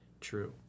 true